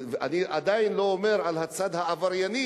ואני עדיין לא מדבר על הצד העברייני